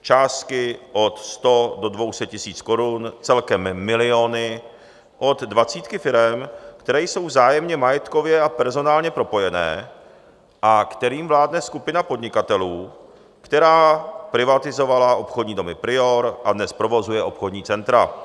Částky od 100 do 200 tisíc korun, celkem miliony od dvacítky firem, které jsou vzájemně majetkově a personálně propojené a kterým vládne skupina podnikatelů, která privatizovala obchodní domy Prior a dnes provozuje obchodní centra.